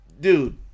dude